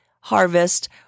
harvest